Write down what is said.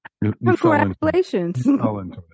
Congratulations